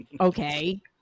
Okay